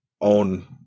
own